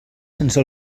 sense